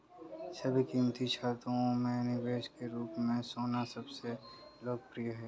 सभी कीमती धातुओं में निवेश के रूप में सोना सबसे लोकप्रिय है